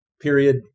period